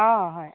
অ হয়